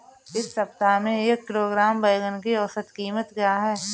इस सप्ताह में एक किलोग्राम बैंगन की औसत क़ीमत क्या है?